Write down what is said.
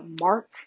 mark